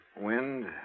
Wind